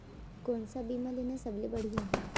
कोन स बीमा लेना सबले बढ़िया हे?